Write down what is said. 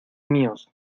míos